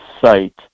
site